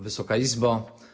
Wysoka Izbo!